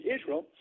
Israel